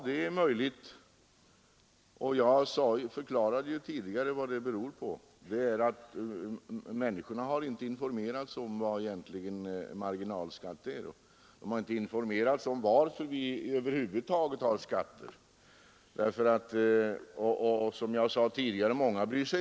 Det är möjligt, och jag förklarade tidigare vad det beror på: människorna har inte informerats om vad marginalskatt egentligen är eller om varför vi över huvud taget har skatter. Som jag sade tidigare bryr sig många inte om hur det förhåller sig.